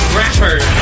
rappers